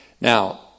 Now